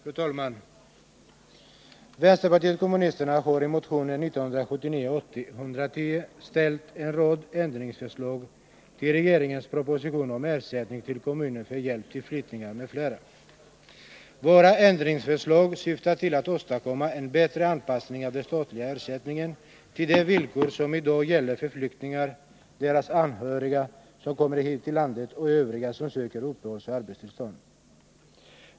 Fru talman! Vänsterpartiet kommunisterna har i motionen 1979/80:110 framställt en rad förslag till ändringar i regeringens proposition om ersättning till kommunerna för hjälp till flyktingar m.fl. Våra ändringsförslag syftar till att åstadkomma en bättre anpassning av den statliga ersättningen till de villkor som i dag gäller för flyktingar, deras anhöriga som kommer hit till landet och övriga som söker uppehållsoch arbetstillstånd.